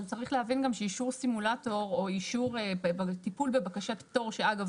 אבל צריך להבין גם שאישור סימולטור או טיפול בבקשת פטור שאגב,